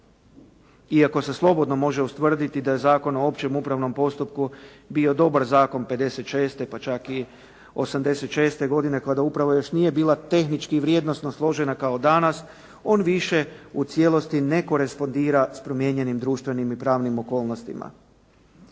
Iako se slobodno može ustvrditi da Zakon o općem upravnom postupku bio dobar zakon 1956. pa čak i 1986. godine kada uprava još nije bila tehnički vrijednosno složena kao danas on više u cijelosti ne korespondira s promijenjenim društvenim i pravnim okolnostima.